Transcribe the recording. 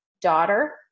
daughter